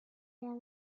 more